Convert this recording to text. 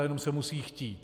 Jenom se musí chtít.